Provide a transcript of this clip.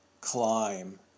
climb